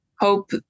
hope